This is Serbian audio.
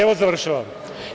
Evo, završavam.